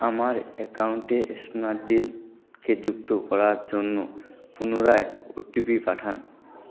আমার অ্যাকাউন্টে স্ন্যাপডিলকে যুক্ত করার জন্য পুনরায় ও টি পি পাঠান